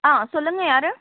ஆ சொல்லுங்க யாரு